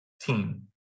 team